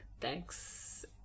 Thanks